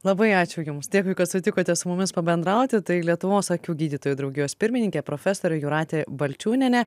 labai ačiū jums dėkui kad sutikote su mumis pabendrauti tai lietuvos akių gydytojų draugijos pirmininkė profesorė jūratė balčiūnienė